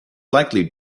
likely